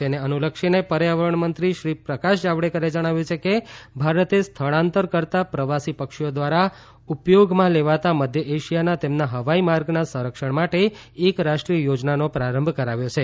તેને અનુલક્ષીને પર્યાવરણ મંત્રી શ્રી પ્રકાશ જાવડેકરે જણાવ્યું છે કે ભારતે સ્થળાંતર કરતા પ્રવાસી પક્ષીઓ ધ્વારા ઉપયોગમાં લેવાતા મધ્ય એશિયાના તેમના હવાઇ માર્ગના સંરક્ષણ માટે એક રાષ્ટ્રીય યોજનાનો પ્રારંભ કરાયો છે